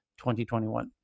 2021